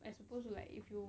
as opposed to like if you